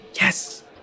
Yes